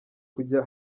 kujya